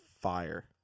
fire